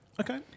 Okay